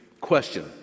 question